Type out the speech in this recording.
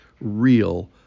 real